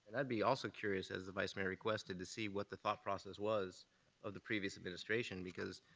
i'd be also curious, as the vice mayor requested, to see what the thought process was of the previous administration because,